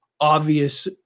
obvious